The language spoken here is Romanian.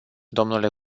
dle